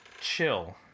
chill